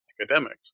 academics